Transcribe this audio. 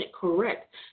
correct